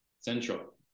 central